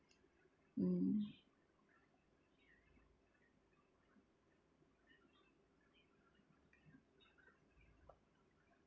mm